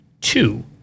Two